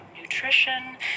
nutrition